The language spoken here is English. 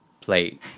play